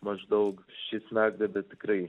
maždaug ši smegduobė tikrai